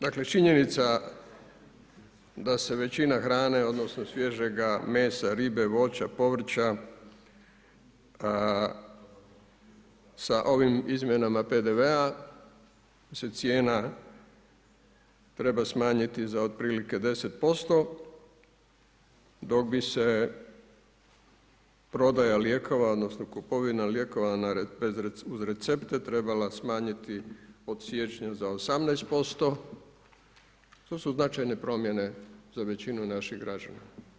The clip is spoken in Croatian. Dakle, činjenica da se većina hrane odnosno svježega mesa, ribe, voća, povrća sa ovim izmjenama PDV-a se cijena treba smanjiti za otprilike 10%, dok bi se prodaja lijekova odnosno kupovina lijekova uz recepte trebala smanjiti od siječnja za 18%, to su značajne promjene za većinu naših građana.